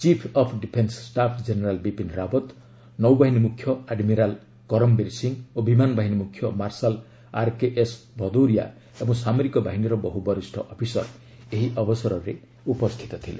chief of defence staff general Bipin Rawat ନୌବାହିନୀ ମୁଖ୍ୟ admiral Karambir Singh ଓ ବିମାନ ବାହିନୀ ମୁଖ୍ୟ ମାର୍ଶାଲ୍ ଆର୍କେଏସ୍ ଭଦୌରିଆ ଏବଂ ସାମରିକ ବାହିନୀର ବହୁ ବରିଷ୍ଣ ଅଫିସର୍ ଏହି ଅବସରରେ ଉପସ୍ଥିତ ଥିଲେ